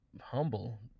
humble